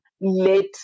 let